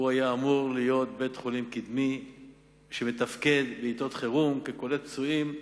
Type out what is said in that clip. הוא היה אמור להיות בית-חולים קדמי שמתפקד בעתות חירום כקולט פצועים,